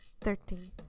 thirteen